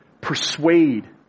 persuade